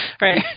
Right